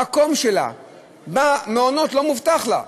המקום שלה במעונות לא מובטח לה.